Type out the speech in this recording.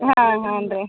ಹಾಂ ಹಾನ್ ರೀ